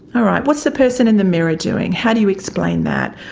all right, what's the person in the mirror doing, how do you explain that.